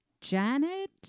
Janet